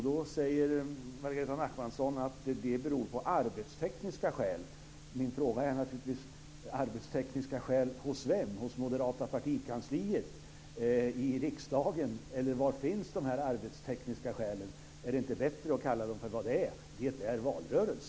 Margareta Nachmanson säger att det är arbetstekniska skäl som ligger bakom. Min fråga är naturligtvis vem det gäller. Gäller det moderata partikansliet i riksdagen? Vem gäller dessa arbetstekniska skäl? Är det inte bättre att kalla det för vad det är? Det är valrörelse.